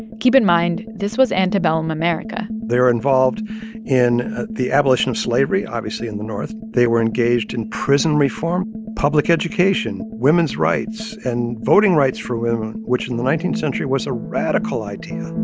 keep in mind this was antebellum america they were involved in the abolition of slavery, obviously in the north. they were engaged in prison reform, public education, women's rights and voting rights for women, which, in the nineteenth century, was a radical idea.